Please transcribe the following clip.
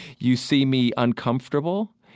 you see me uncomfortable.